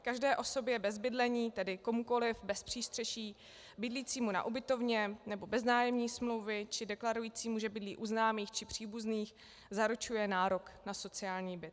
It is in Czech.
Každé osobě bez bydlení, tedy komukoli bez přístřeší bydlícímu na ubytovně nebo bez nájemní smlouvy či deklarujícímu, že bydlí u známých či příbuzných, zaručuje nárok na sociální byt.